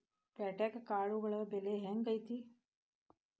ಪ್ಯಾಟ್ಯಾಗ್ ಕಾಳುಗಳ ಬೆಲೆ ಹೆಂಗ್ ಐತಿ?